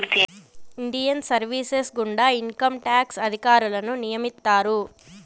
Indian service income tax ఇన్కంట్యాక్స్ అధికారులను నియమిత్తారు